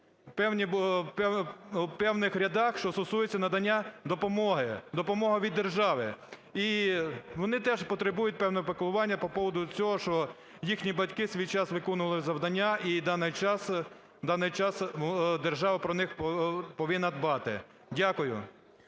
в певних рядах, що стосується надання допомоги, допомоги від держави, і вони теж потребують певного піклування по поводу цього, що їхні батьки у свій час виконували завдання, і в даний час держава про них повинна дбати. Дякую.